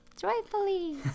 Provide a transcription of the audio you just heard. Joyfully